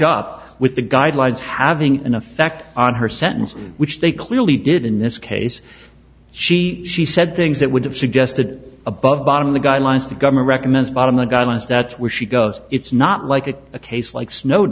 up with the guidelines having an effect on her sentence which they clearly did in this case she she said things that would have suggested above bottom of the guidelines to govern recommends bottom line guidelines that when she goes it's not like it's a case like snow